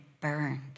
burned